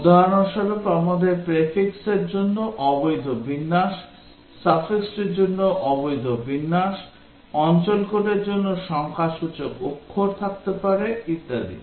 উদাহরণস্বরূপ আমাদের prefixর জন্য অবৈধ বিন্যাস suffixটির জন্য অবৈধ বিন্যাস অঞ্চল কোডের জন্য সংখ্যাসূচক অক্ষর থাকতে পারে ইত্যাদি